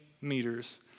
meters